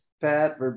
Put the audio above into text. Pat